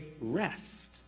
rest